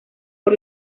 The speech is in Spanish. por